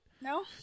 No